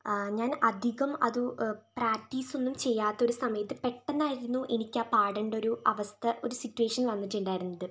ഞാൻ അധികം അതു പ്രാക്ടീസ് ഒന്നും ചെയ്യാത്ത ഒരു സമയത്ത് പെട്ടന്നായിരുന്നു എനിക്ക് ആ പാടേണ്ടൊരു അവസ്ഥ ഒരു സിറ്റുവേഷൻ വന്നിട്ടുണ്ടായിരുന്നത്